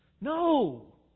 No